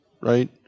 right